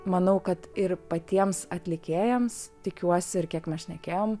manau kad ir patiems atlikėjams tikiuosi ir kiek mes šnekėjom